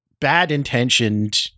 bad-intentioned